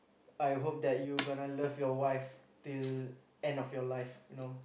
I hope that you gonna love your wife till end of your life you know